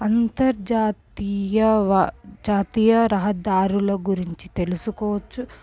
అంతర్జాతీయ జాతీయ రహదారుల గురించి తెలుసుకోవచ్చు